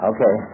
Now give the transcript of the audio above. Okay